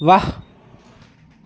वाह्